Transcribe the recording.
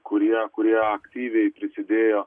kurie kurie aktyviai prisidėjo